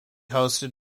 hosted